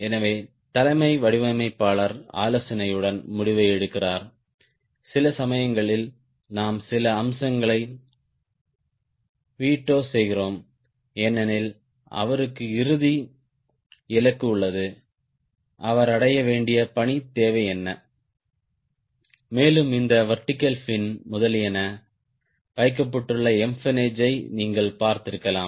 எனவே தலைமை வடிவமைப்பாளர் ஆலோசனையுடன் முடிவை எடுக்கிறார் சில சமயங்களில் நாம் சில அம்சங்களை வீட்டோ செய்கிறோம் ஏனெனில் அவருக்கு இறுதி இலக்கு உள்ளது அவர் அடைய வேண்டிய பணி தேவை என்ன மேலும் இந்த வெர்டிகல் பின் முதலியன வைக்கப்பட்டுள்ள எம்பென்னேஜை நீங்கள் பார்த்திருக்கலாம்